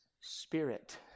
spirit